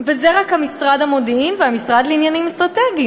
וזה רק משרד המודיעין והמשרד לעניינים אסטרטגיים.